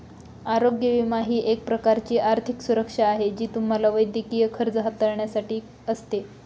आरोग्य विमा ही एक प्रकारची आर्थिक सुरक्षा आहे जी तुम्हाला वैद्यकीय खर्च हाताळण्यासाठी असते